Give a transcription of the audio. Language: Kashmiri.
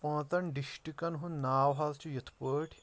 پانٛژن ڈِشٹِکن ہُنٛد ناو حظ چھُ یِتھ پٲٹھۍ